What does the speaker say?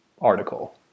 article